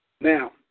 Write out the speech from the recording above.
Now